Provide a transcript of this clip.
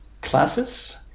classes